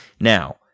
Now